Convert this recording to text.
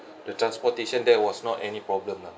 the transportation there was not any problem lah